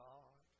God